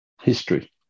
history